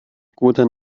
gute